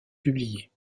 publiés